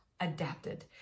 Adapted